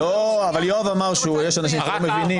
יואב אמר שיש אנשים שלא מבינים.